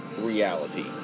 reality